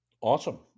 Awesome